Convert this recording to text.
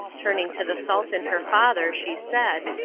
turning to the sultan, her father, she said,